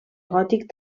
gòtic